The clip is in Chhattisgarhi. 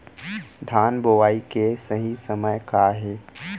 धान बोआई के सही समय का हे?